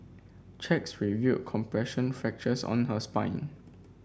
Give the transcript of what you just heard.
checks review compression fractures on her spine